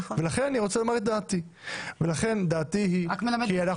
דעתי היא שאנחנו